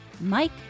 Mike